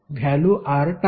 value टाकू